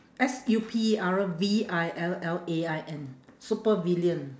S U P E R V I L L A I N supervillain